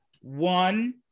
One